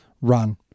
run